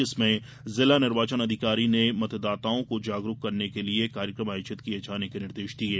जिसमें जिला निर्वाचन अधिकारी ने मतदाताओं को जागरूक करने के लिये कार्यक्रम आयोजित किये जाने के निर्देश दिये